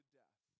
death